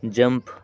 jump